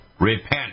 Repent